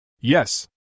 Yes